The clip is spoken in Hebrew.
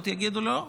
יגידו: לא,